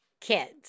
kids